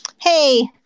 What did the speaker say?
Hey